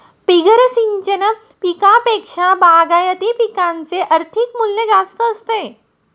बिगर सिंचन पिकांपेक्षा बागायती पिकांचे आर्थिक मूल्य जास्त असते